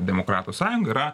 demokratų sąjunga yra